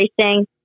Racing